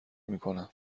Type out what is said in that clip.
میکنیم